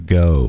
go